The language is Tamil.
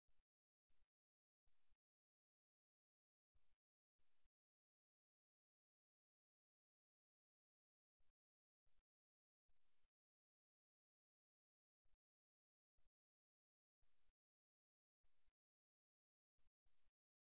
உதாரணமாக நான் உங்களுக்கு அருகில் அமர்ந்திருந்தால் என் கால் என் கால்விரலைக் கொண்டு உங்களை நோக்கி சுட்டிக்காட்டப்படுகிறது இது நீங்கள் சொல்வதில் ஈடுபடுவதில் நான் ஆர்வமாக உள்ளேன் என்பதற்கான சமிக்ஞையாகும்